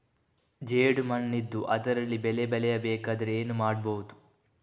ಜೇಡು ಮಣ್ಣಿದ್ದು ಅದರಲ್ಲಿ ಬೆಳೆ ಬೆಳೆಯಬೇಕಾದರೆ ಏನು ಮಾಡ್ಬಹುದು?